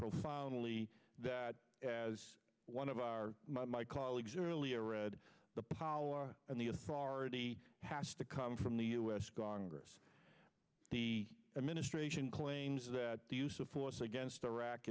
profoundly that as one of our my colleagues earlier read the power and the authority has to come from the u s congress the administration claims that the use of force against iraq